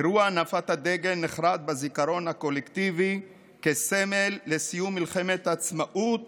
אירוע הנפת הדגל נחרת בזיכרון הקולקטיבי כסמל לסיום מלחמת העצמאות